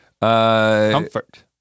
Comfort